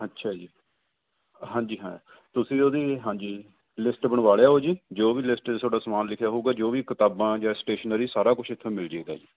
ਅੱਛਾ ਜੀ ਹਾਂਜੀ ਹਾਂ ਤੁਸੀਂ ਉਹਦੀ ਹਾਂਜੀ ਲਿਸਟ ਬਣਵਾ ਲਿਆਇਓ ਜੀ ਜੋ ਵੀ ਲਿਸਟ 'ਚ ਥੋਡਾ ਸਮਾਨ ਲਿਖਿਆ ਹੋਊਗਾ ਜੋ ਵੀ ਕਿਤਾਬਾਂ ਜਾਂ ਸਟੇਸ਼ਨਰੀ ਸਾਰਾ ਕੁਛ ਏਥੋਂ ਮਿਲਜੇਗਾ ਜੀ